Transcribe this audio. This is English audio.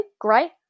Great